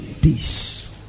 peace